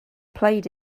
played